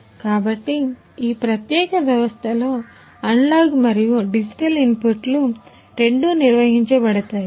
కాబట్టి ఈ ప్రత్యేక వ్యవస్థలో అనలాగ్ రెండూ నిర్వహించబడతాయి